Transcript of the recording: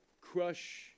crush